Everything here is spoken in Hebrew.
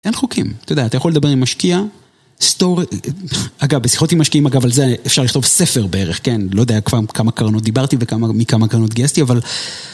אין חוקים, אתה יכול לדבר עם משקיע, אגב, בשיחות עם משקיעים, אגב, על זה אפשר לכתוב ספר בערך, לא יודע כמה קרנות דיברתי ומכמה קרנות גייסתי, אבל...